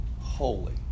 holy